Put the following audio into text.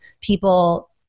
people